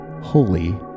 Holy